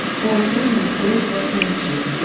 there is only a political solution.